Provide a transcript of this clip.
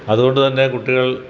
അതുകൊണ്ടു തന്നെ കുട്ടികൾ